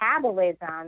metabolism